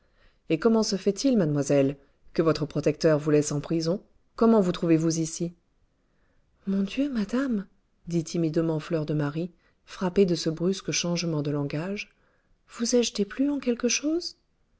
et comment se fait-il mademoiselle que votre protecteur vous laisse en prison comment vous trouvez-vous ici mon dieu madame dit timidement fleur de marie frappée de ce brusque changement de langage vous ai-je déplu en quelque chose